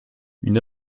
une